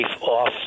off